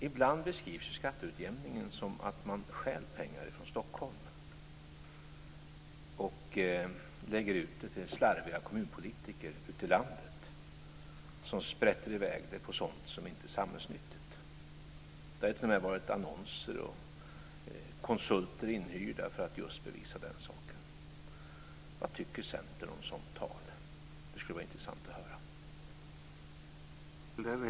Ibland beskrivs ju skatteutjämningen som att man stjäl pengar från Stockholm och lägger ut till slarviga kommunpolitiker ute i landet som sprätter i väg dem på sådant som inte är samhällsnyttigt. Man har t.o.m. annonserat och hyrt in konsulter för att bevisa just den saken. Vad tycker Centern om sådant tal? Det skulle vara intressant att höra.